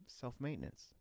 self-maintenance